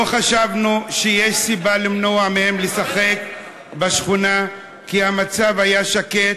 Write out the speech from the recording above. לא חשבנו שיש סיבה למנוע מהם לשחק בשכונה כי המצב היה שקט,